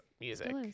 music